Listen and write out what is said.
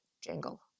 jingle